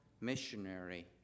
missionary